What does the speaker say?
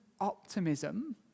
optimism